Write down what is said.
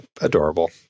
adorable